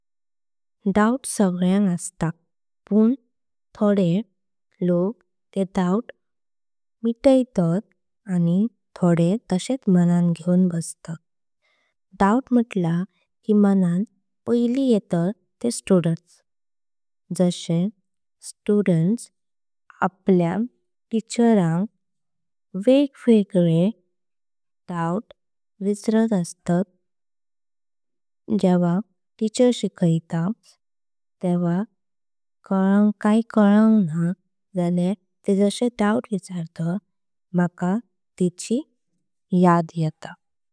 डाउट सगळ्यांक असतात पण थोडे ते डाउट। मिटायतात आनी थोडे तशेत मनन घेऊन बसतात। डाउट म्हंटला की मनन पायलं येतात ते स्टुडेंट्स। जशे स्टुडेंट्स आपल्याक कय जर शिकायला। आसां तेत्तुलं कालांक ना जल्यां ते जशे टीचर संचं। आपले डाउट विचारत रवटात मका तेची याद येता।